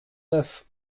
neuf